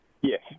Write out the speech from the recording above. Yes